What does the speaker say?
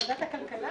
בוועדת הכלכלה?